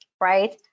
right